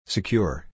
Secure